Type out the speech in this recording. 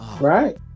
right